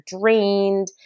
drained